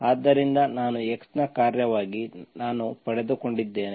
ಆದ್ದರಿಂದ ನಾನು x ನ ಕಾರ್ಯವಾಗಿ ನನ್ನ ಪಡೆದುಕೊಂಡಿದ್ದೇನೆ